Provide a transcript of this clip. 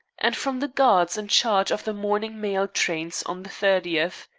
and from the guards in charge of the morning mail trains on the thirtieth.